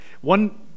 One